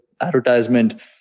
advertisement